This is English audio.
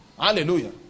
Hallelujah